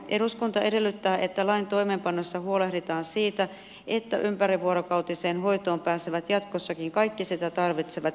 eduskunta edellyttää että lain toimeenpanossa huolehditaan siitä että ympärivuorokautiseen hoitoon pääsevät jatkossakin kaikki sitä tarvitsevat iäkkäät henkilöt